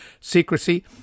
secrecy